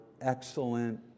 excellent